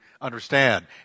understand